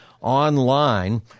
online